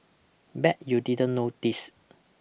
bet you didn't know this